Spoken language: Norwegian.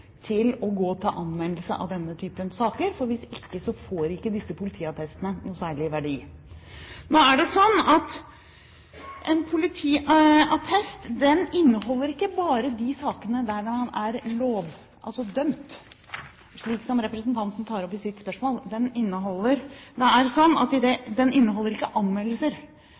til å gå til anmeldelse av denne typen saker, for hvis man ikke gjør det, får ikke disse politiattestene noen særlig verdi. Nå er det sånn at en politiattest ikke bare inneholder de sakene der man er dømt, slik som representanten tar opp i sitt spørsmål. Den inneholder ikke anmeldelser, men i det øyeblikket det er tatt ut siktelse i saken, at det